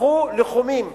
הפכו לחומים,